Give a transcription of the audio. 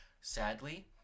Sadly